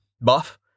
Buff